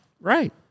Right